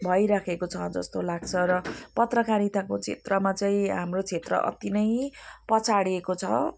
भइराखेको छ जस्तो लाग्छ र पत्रकारिताको क्षेत्रमा चाहिँ हाम्रो क्षेत्र अति नै पछाडिएको छ